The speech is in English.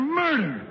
murder